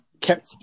kept